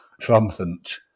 triumphant